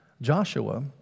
Joshua